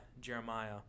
Jeremiah